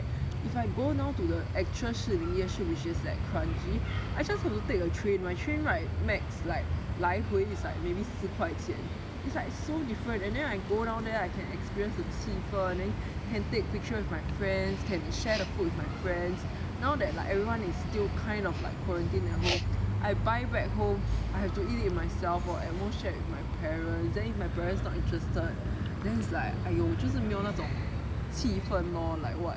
if I go down to the actual 士林夜市 which is at kranji I just have to take a train my train ride max like 来回 is like maybe 四块钱 it's like so different and then I go down there I can experience the 气氛 then can take picture with my friends can share the food with my friends now that like everyone is still kind of like quarantined at home I buy back home I have to eat it myself or at most shared with my parents then if my parents not interested then is like !aiyo! 就是没有那种气氛 lor like what